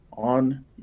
On